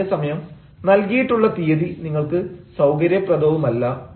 പക്ഷേ അതേസമയം നൽകിയിട്ടുള്ള തീയതി നിങ്ങൾക്ക് സൌകര്യപ്രദവുമല്ല